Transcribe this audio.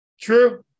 True